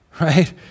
right